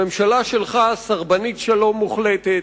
הממשלה שלך סרבנית שלום מוחלטת,